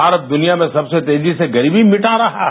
भारत दुनिया में सबसे तेजी से गरीबी मिटा रहा है